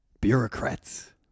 bureaucrats